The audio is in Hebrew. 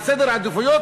על סדר העדיפויות,